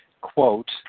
quote